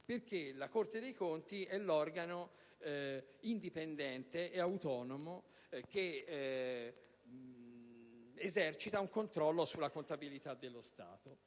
perché la Corte dei conti è un organo indipendente e autonomo che esercita un controllo sulla contabilità dello Stato.